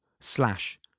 slash